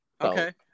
Okay